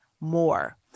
more